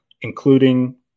including